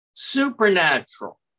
supernatural